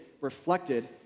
reflected